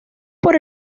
por